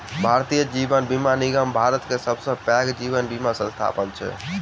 भारतीय जीवन बीमा निगम भारत के सबसे पैघ जीवन बीमा संस्थान छै